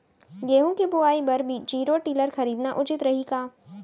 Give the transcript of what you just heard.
गेहूँ के बुवाई बर जीरो टिलर खरीदना उचित रही का?